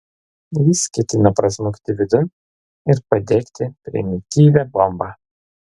jis ketino prasmukti vidun ir padegti primityvią bombą